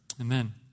Amen